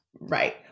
Right